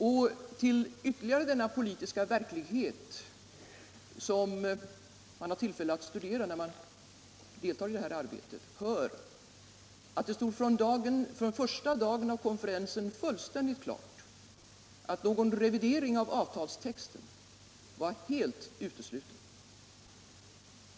Och till denna politiska verklighet, som man har tillfälle att studera när man deltar i det här arbetet, hör ytterligare att det från första dagen av konferensen stod fullständigt klart att någon revidering av avtalstexten var helt utesluten.